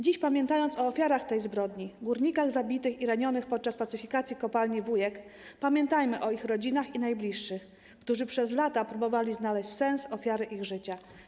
Dziś, pamiętając o ofiarach tej zbrodni - górnikach zabitych i ranionych podczas pacyfikacji kopalni Wujek, pamiętajmy o ich rodzinach, ich najbliższych, którzy przez lata próbowali znaleźć sens ofiary ich życia.